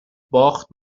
باخت